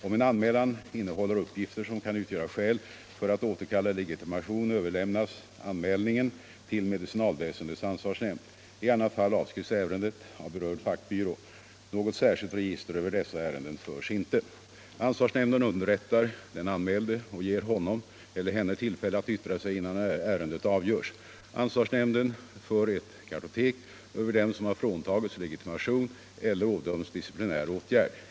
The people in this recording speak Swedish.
Om en anmälan innehåller uppgifter som kan utgöra skäl för att återkalla legitimation överlämnas anmälningen till medicinalväsendets ansvarsnämnd. I annat fall avskrivs ärendet av berörd fackbyrå. Något särskilt register över dessa ärenden förs inte. Ansvarsnämnden underrättar den anmälde och ger honom eller henne tillfälle att yttra sig innan ärendet avgörs. Ansvarsnämnden för ett kartotek över dem som har fråntagits legitimation eller ådömts disciplinär åtgärd.